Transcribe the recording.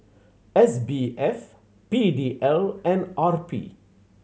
S B F P D L and R P